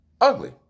ugly